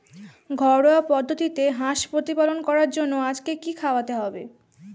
ঘরোয়া পদ্ধতিতে হাঁস প্রতিপালন করার জন্য আজকে কি খাওয়াতে হবে?